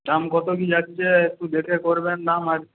দাম কত কী যাচ্ছে একটু দেখে করবেন না হয়